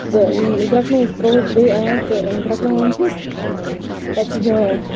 تہٕ گرکنووُس ترووُس بیٚیہِ آب تہٕ گرکناوان چھِس پَتہٕ چھِس دِوان